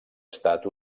estat